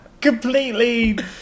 completely